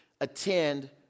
attend